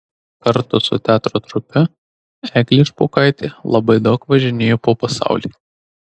kartu su teatro trupe eglė špokaitė labai daug važinėjo po pasaulį